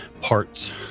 parts